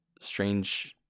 strange